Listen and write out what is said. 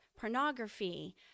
pornography